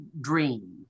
dream